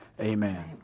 amen